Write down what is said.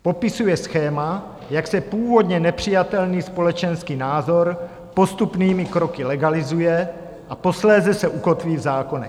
Popisuje schéma, jak se původně nepřijatelný společenský názor postupnými kroky legalizuje a posléze se ukotví v zákonech.